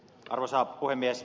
arvoisa puhemies